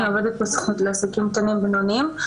אני עובדת בסוכנות לעסקים קטנים ובינוניים.